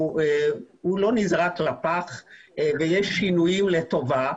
הוא לא נזרק לפח ויש שינויים לטובה.